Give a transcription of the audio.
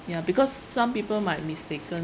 ya because some people might mistaken